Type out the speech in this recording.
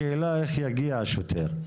השאלה היא איך השוטר יגיע.